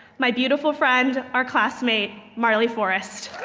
my beautiful friend, our classmate, marley forest.